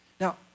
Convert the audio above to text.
Now